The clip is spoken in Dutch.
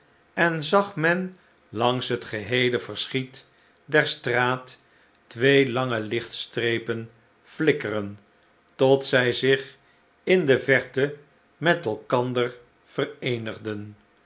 en zag men langs het geheele verschiet der straat twee lange lichtstrepen flikkeren tot zij zich in de verte met elkander vereenigden